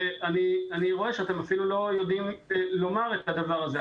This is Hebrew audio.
אני רואה שאתם אפילו לא יודעים לומר את הדבר הזה.